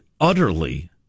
utterly